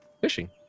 fishing